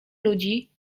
ludzi